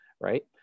right